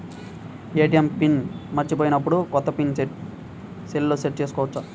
ATM pin మరచిపోయినప్పుడు, కొత్త pin సెల్లో సెట్ చేసుకోవచ్చా?